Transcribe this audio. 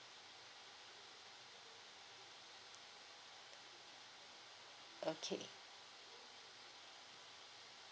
okay